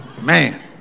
man